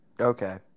Okay